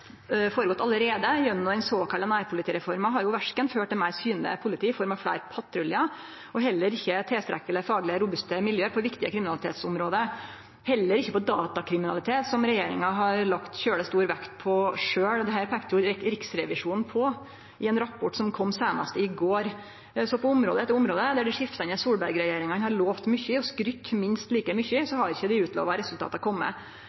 allereie, gjennom den såkalla nærpolitireforma, har verken ført til meir synleg politi i form av fleire patruljar eller til tilstrekkeleg fagleg robuste miljø på viktige kriminalitetsområde, heller ikkje på datakriminalitet, som regjeringa har lagt svært stor vekt på sjølv. Dette peikte Riksrevisjonen på i ein rapport som kom seinast i går. På område etter område der dei skiftande Solberg-regjeringane har lovt mykje og skrytt minst like mykje, har ikkje dei lovde resultata kome.